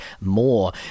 more